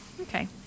okay